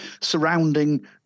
surrounding